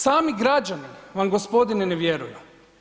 Sami građani vam gospodine ne vjeruju.